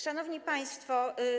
Szanowni Państwo!